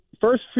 first